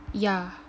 yeah